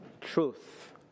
truth